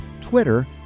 Twitter